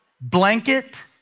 Blanket